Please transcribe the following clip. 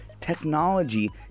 technology